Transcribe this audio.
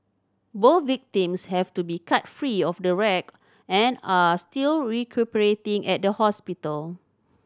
both victims have to be cut free of the wreck and are still recuperating at a hospital